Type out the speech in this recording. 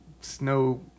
snow